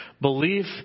Belief